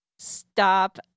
Stop